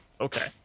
Okay